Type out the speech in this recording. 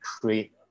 create